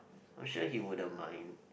I'm sure he wouldn't mind